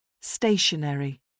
Stationary